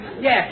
Yes